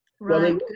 Right